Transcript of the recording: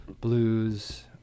blues